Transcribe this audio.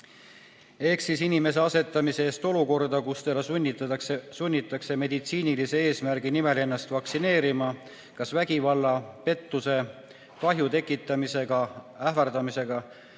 ehk (1) " Inimese asetamise eest olukorda, kus teda sunnitakse meditsiinilise eesmärgi nimel ennast vaktsineerima kas vägivalla, pettuse, kahju tekitamisega ähvardamise,